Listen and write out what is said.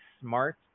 smart